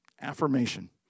Affirmation